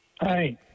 Hi